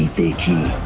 the king